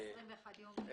ה-21 ימים.